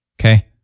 Okay